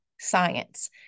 science